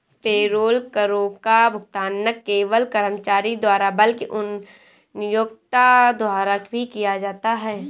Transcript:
payroll करों का भुगतान न केवल कर्मचारी द्वारा बल्कि उनके नियोक्ता द्वारा भी किया जाता है